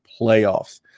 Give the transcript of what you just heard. playoffs